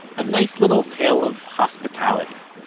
a nice little tale of hospitality.